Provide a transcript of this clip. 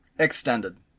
Extended